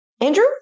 Andrew